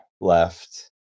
left